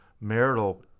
marital